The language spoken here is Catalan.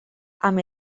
amb